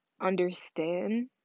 understand